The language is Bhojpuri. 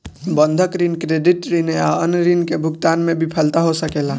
बंधक ऋण, क्रेडिट ऋण या अन्य ऋण के भुगतान में विफलता हो सकेला